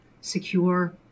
secure